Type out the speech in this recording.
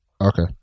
Okay